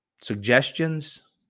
suggestions